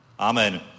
Amen